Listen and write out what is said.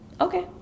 Okay